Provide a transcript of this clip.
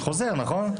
חוזר נכון?